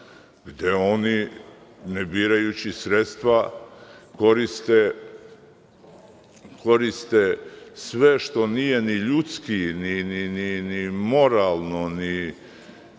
gde oni ne birajući sredstva koriste sve što nije ni ljudski, ni moralno, ni